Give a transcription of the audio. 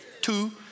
Two